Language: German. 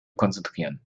konzentrieren